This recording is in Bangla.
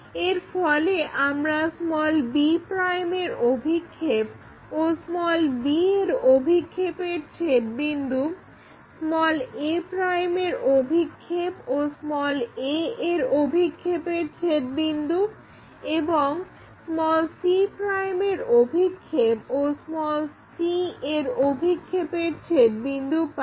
এর ফলে আমরা b এর অভিক্ষেপ ও b এর অভিক্ষেপের ছেদবিন্দু a এর অভিক্ষেপ ও a এর অভিক্ষেপের ছেদবিন্দু এবং c এর অভিক্ষেপ ও c এর অভিক্ষেপের ছেদবিন্দু পাই